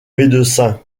médecin